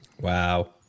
Wow